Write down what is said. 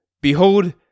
Behold